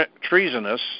treasonous